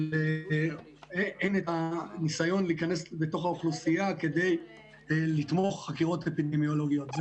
אין ניסיון להיכנס לתוך האוכלוסייה כדי לתמוך חקירות אפידמיולוגיות.